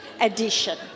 edition